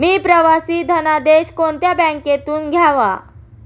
मी प्रवासी धनादेश कोणत्या बँकेतून घ्यावा?